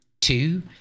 Two